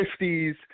50s